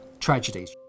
tragedies